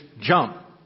jump